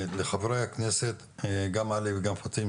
וכן במתחמים מיועדים להיכלל גם בתכנון העתידי.